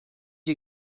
you